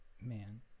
man